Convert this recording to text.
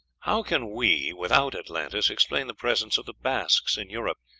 how can we, without atlantis, explain the presence of the basques in europe,